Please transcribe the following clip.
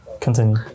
continue